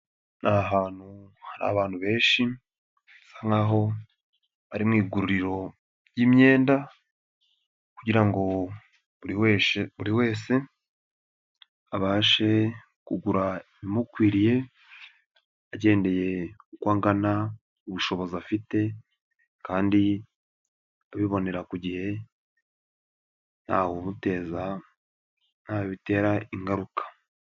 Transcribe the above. Ni ahantu hari abantu benshi basa nkaho ari mu iguriro ry'imyenda kugira ngo buri wese abashe kugura ibimukwiriye, agendeye uko angana, ubushobozi afite kandi abibonera ku gihe ntawubuteza nta bitera ingaruka.